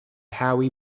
howie